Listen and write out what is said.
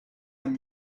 amb